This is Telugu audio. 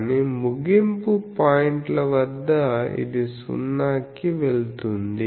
కాని ముగింపు పాయింట్ ల వద్ద ఇది సున్నాకి వెళ్తుంది